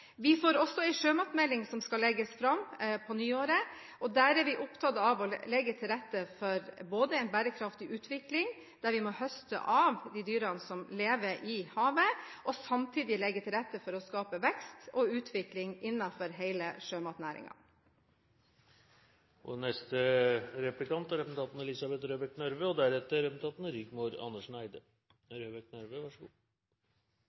Vi får også en sjømatmelding som skal legges fram på nyåret, og der er vi opptatt av å legge til rette for en bærekraftig utvikling, der vi må høste av de dyrene som lever i havet, og samtidig legge til rette for å skape vekst og utvikling innenfor hele sjømatnæringen. Den 27. november skrev representanten